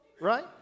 right